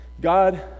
God